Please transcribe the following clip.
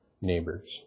neighbors